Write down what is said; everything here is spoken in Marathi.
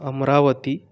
अमरावती